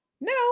No